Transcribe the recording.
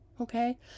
okay